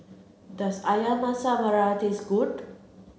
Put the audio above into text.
does Ayam Masak Merah taste good